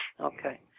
Okay